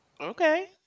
Okay